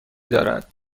دارد